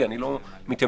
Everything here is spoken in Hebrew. אני לא אומר